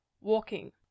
Walking